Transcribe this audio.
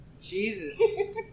Jesus